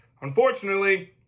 Unfortunately